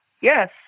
Yes